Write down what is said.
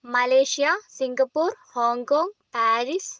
Malaysia Singapore Hong Kong Paris